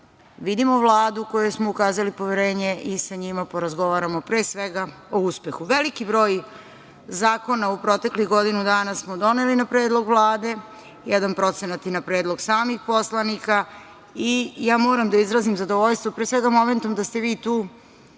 vidimo Vladu kojoj smo ukazali poverenje i sa njima porazgovaramo, pre svega, o uspehu. Veliki broj zakona u proteklih godinu dana smo doneli na predlog Vlade, jedan procenat i na predlog samih poslanika. I moram da izrazim zadovoljstvo pre svega momentom da ste vi tu,